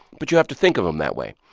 but you have to think of them that way.